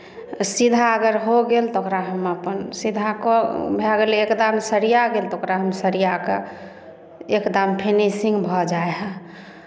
सीधा अगर हो गेल तऽ ओकरा हम अपन सीधा कऽ भए गेल एकदम सरिया गेल तऽ ओकरा हम सरिया कऽ एकदम फिनिशिंग भऽ जाइ हए